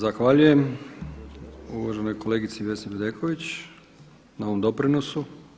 Zahvaljujem uvaženoj kolegici Vesni Bedeković na ovom doprinosu.